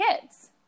kids